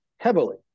heavily